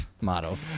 motto